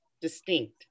distinct